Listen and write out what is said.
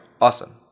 Awesome